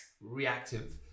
reactive